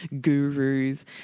gurus